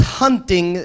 hunting